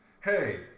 Hey